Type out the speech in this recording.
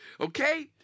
Okay